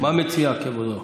מה מציע כבודו?